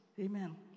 Amen